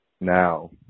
now